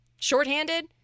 shorthanded